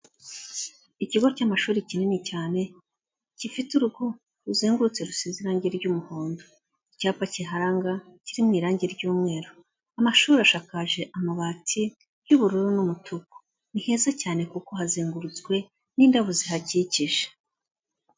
Ikigo cy'amashuri kinini cyane gifite urugo ruzengurutse rusize irangi ry'umuhondo. Icyapa kiharanga kiri mu irangi ry'umweru. Amashuri ashakaje amabati y'ubururu n'umutuku. Ni heza cyane kuko hazengurutswe n'indabo zihakikije.